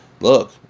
look